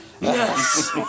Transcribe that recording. Yes